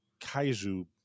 Kaiju